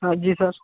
हाँ जी सर